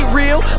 real